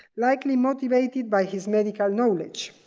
likely motivated by his medical knowledge.